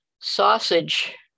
sausage